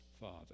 Father